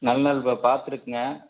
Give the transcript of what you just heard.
நல்ல நாள் இப்போ பார்த்துருக்குங்க